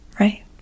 right